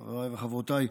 חבריי וחברותיי,